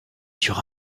sur